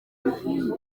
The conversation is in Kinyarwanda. bihiye